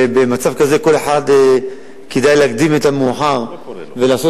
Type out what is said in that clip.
ובמצב כזה כדאי להקדים את המאוחר ולעשות